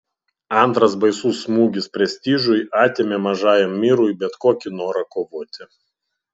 antras baisus smūgis prestižui atėmė mažajam myrui bet kokį norą kovoti